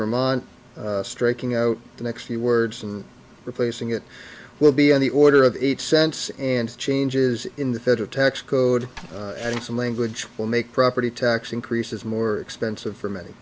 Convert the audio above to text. vermont striking out the next few words and replacing it will be on the order of eight cents and changes in the federal tax code and some language will make property tax increases more expensive for many